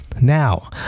Now